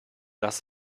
das